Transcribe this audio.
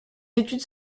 études